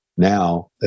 Now